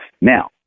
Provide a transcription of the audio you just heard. Now